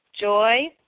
joy